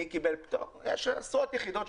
יש עשרות יחידות,